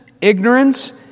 ignorance